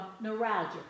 neuralgia